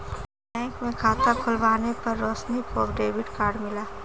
bank में खाता खुलवाने पर रोशनी को डेबिट कार्ड मिला